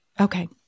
Okay